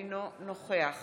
אינו נוכח